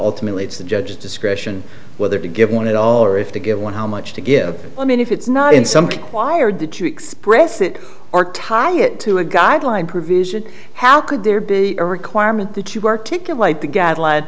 ultimately it's the judge's discretion whether to give one at all or if to give one how much to give i mean if it's not in some choir did you express it or tie it to a guideline provision how could there be a requirement that you articulate the g